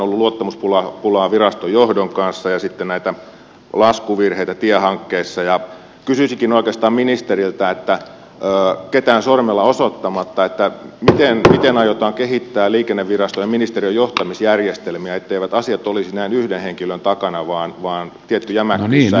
on ollut luottamuspulaa viraston johdon kanssa ja sitten laskuvirheitä tiehankkeissa ja kysyisinkin oikeastaan ministeriltä ketään sormella osoittamatta miten aiotaan kehittää liikenneviraston ja ministeriön johtamisjärjestelmiä etteivät asiat olisi näin yhden henkilön takana vaan tietty jämäkkyys säilyisi kaikissa olosuhteissa